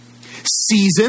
Season